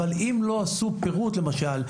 אבל אם לא עשו פירוט למשל,